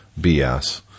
BS